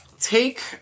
Take